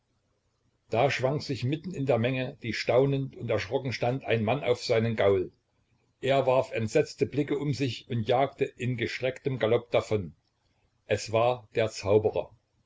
da schwang sich mitten in der menge die staunend und erschrocken stand ein mann auf seinen gaul er warf entsetzte blicke um sich und jagte in gestrecktem galopp davon es war der zauberer